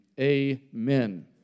amen